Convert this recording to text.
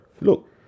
look